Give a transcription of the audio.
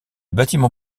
bâtiment